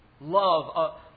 love